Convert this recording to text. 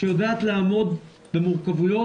שיודעת לעמוד במורכבויות,